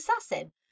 assassin